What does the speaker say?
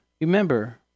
Remember